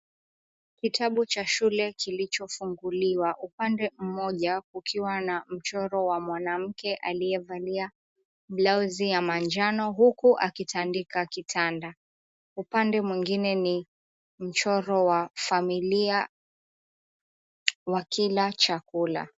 Kitabu cha shule kilichofunguliwa, upande mmoja ukiwa na mchoro wa mwanamke aliyevalia blauzi ya manjano huku akitandika kitanda. Upande mwengine ni mchoro wa familia wakila chakula.